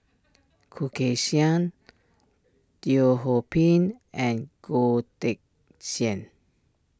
Khoo Kay Hian Teo Ho Pin and Goh Teck Sian